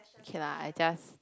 okay lah I just